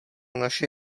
naše